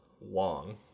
long